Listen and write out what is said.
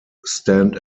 stand